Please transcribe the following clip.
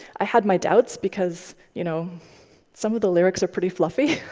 i had my doubts because you know some of the lyrics are pretty fluffy.